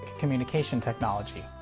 communication technology.